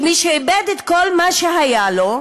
שמי שאיבד את כל מה שהיה לו,